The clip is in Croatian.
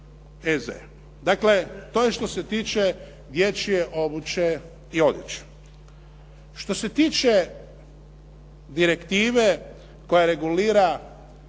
Dakle, to je što se tiče dječje obuće i odjeće. Što se tiče direktive koja regulira